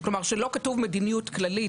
כלומר שלא כתוב "מדיניות כללית",